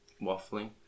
waffling